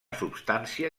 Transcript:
substància